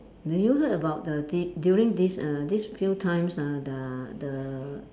do you heard about the t~ during this err this few times ah the the